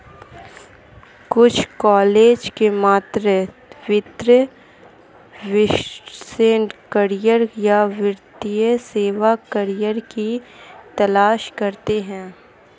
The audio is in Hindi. कुछ कॉलेज के छात्र वित्तीय विश्लेषक करियर या वित्तीय सेवा करियर की तलाश करते है